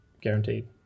guaranteed